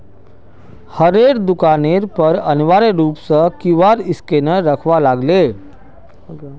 हरेक दुकानेर पर अनिवार्य रूप स क्यूआर स्कैनक रखवा लाग ले